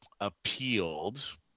appealed